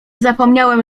zapomniałem